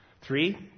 Three